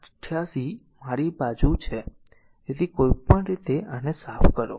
88 બીજું મારી પાસે છે તેથી કોઈપણ રીતે આ સાફ કરો